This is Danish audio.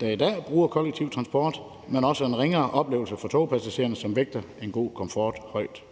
der i dag bruger kollektiv transport, men også en ringere oplevelse for togpassagererne, som vægter den gode komfort højt.